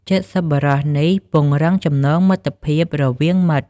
ចិត្តសប្បុរសនេះពង្រឹងចំណងមិត្តភាពរវាងមិត្ត។